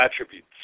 attributes